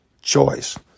choice